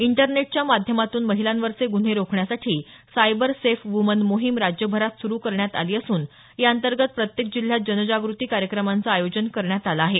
इंटरनेटच्या माध्यमातून महिलांवरचे ग्न्हे रोखण्यासाठी सायबर सेफ वुमन मोहीम राज्यभरात सुरू करण्यात आली असून याअंतर्गत प्रत्येक जिल्ह्यात जनजागृती कार्यक्रमांचं आयोजन करण्यात आलं आहे